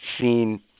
seen